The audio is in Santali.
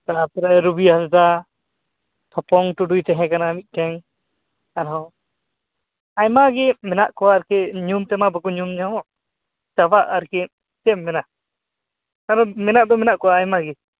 ᱚᱱᱟ ᱯᱚᱨᱮ ᱨᱚᱵᱤ ᱦᱟᱸᱥᱫᱟ ᱴᱷᱚᱯᱚᱝ ᱴᱩᱰᱩᱭ ᱛᱮᱦᱮᱸᱠᱟᱱᱟ ᱢᱤᱫᱴᱮᱱ ᱟᱨᱦᱚᱸ ᱟᱭᱢᱟ ᱜᱮ ᱢᱮᱱᱟᱜ ᱠᱚᱣᱟ ᱟᱨᱠᱤ ᱧᱩᱢ ᱛᱮᱢᱟ ᱵᱟᱠᱚ ᱧᱩᱢ ᱧᱟᱢᱚᱜ ᱪᱟᱵᱟᱜ ᱟᱨᱠᱤ ᱪᱮᱫ ᱮᱢ ᱢᱮᱱᱟ ᱟᱨᱚ ᱢᱮᱱᱟᱜ ᱫᱚ ᱢᱮᱱᱟᱜ ᱠᱚᱣᱟ ᱟᱭᱢᱟ ᱜᱮ